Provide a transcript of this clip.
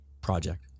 project